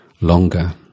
longer